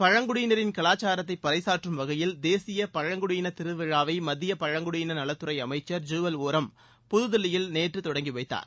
பழங்குடியினரின் கலாசாரத்தை பறைசாற்றும் வகையில் தேசிய பழங்குடியின திருவிழாவை மத்திய பழங்குடியின நலத்துறை அமைச்சர் ஐூவல் ஓரம் புதுதில்லியில் நேற்று தொடங்கி வைத்தார்